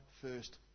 first